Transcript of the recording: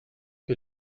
que